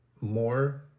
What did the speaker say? more